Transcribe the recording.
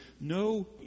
no